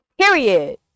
Period